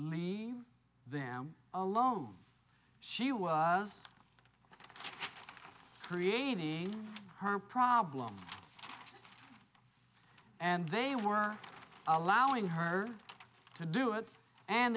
leave them alone she was creating her problems and they were allowing her to do it and